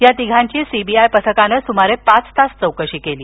या तिघांची सीबीआय पथकानं सुमारे पाच तास चौकशी केली